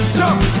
jump